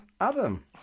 Adam